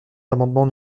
l’amendement